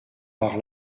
par